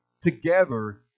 together